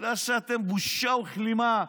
בגלל שאתם בושה וכלימה.